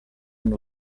amb